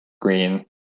green